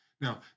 Now